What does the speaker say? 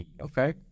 Okay